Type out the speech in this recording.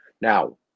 Now